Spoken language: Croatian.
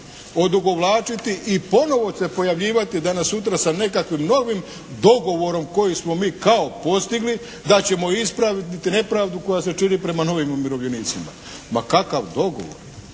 odugovlačiti i ponovo se pojavljivati danas sutra sa nekakvim novim dogovorom koji smo mi kao postigli da ćemo ispraviti nepravdu koja se čini prema novim umirovljenicima. Ma kakav dogovor.